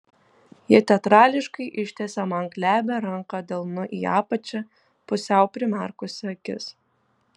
ji teatrališkai ištiesė man glebią ranką delnu į apačią pusiau primerkusi akis